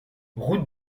route